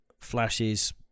flashes